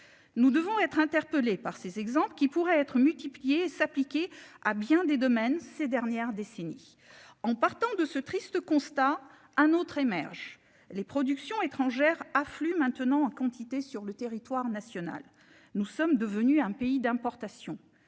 Nous devons être interpellé par ces exemples qui pourrait être multipliée s'appliquer à bien des domaines ces dernières décennies en partant de ce triste constat. Un autre émerge les productions étrangères afflux maintenant en quantité sur le territoire national. Nous sommes devenus un pays d'importation